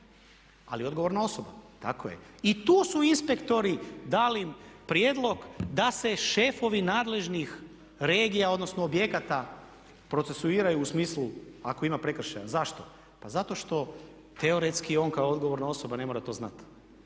je odgovorna osoba tako je. I tu su inspektori dali prijedlog da se šefovi nadležnih regija, odnosno objekata procesuiraju u smislu ako ima prekršaja, zašto? Pa zato što teoretski on kao odgovorna osoba ne mora to znat.